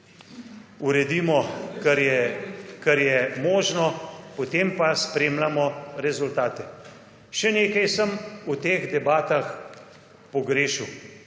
Uredimo, kar je možno, potem pa spremljamo rezultate. Še nekaj sem v teh debatah pogrešal.